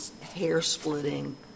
hair-splitting